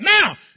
now